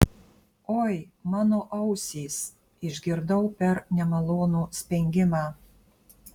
oi mano ausys išgirdau per nemalonų spengimą